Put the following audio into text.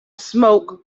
smoke